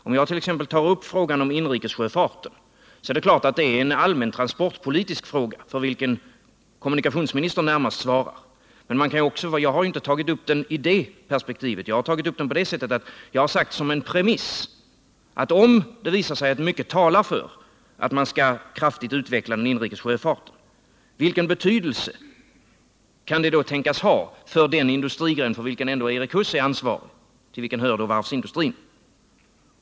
Om jag t.ex. tar upp frågan om den inrikes sjöfarten är det klart att det är en allmän transportpolitisk fråga, för vilken kommunikationsministern är närmast ansvarig. Men jag har inte tagit upp den i det perspektivet. Jag har frågat vilken betydelse det kan tänkas ha för den industrigren för vilken ändå Erik Huss är ansvarig och till vilken varvsindustrin hör, om det visar sig att mycket talar för att man kraftigt skall utveckla den inrikes sjöfarten.